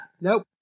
Nope